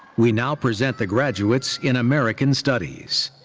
we now present the graduates in american studies.